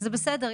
זה בסדר,